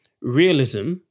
realism